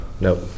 nope